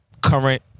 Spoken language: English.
current